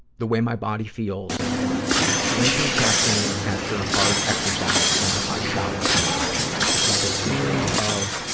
the way my body feels drinking caffeine after hard exercise and hot shower and stretching. it's like a feeling of,